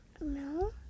No